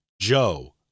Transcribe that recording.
Joe